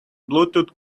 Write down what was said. bluetooth